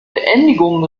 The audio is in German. beendigung